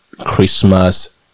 Christmas